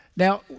Now